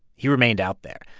he remained out there.